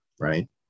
right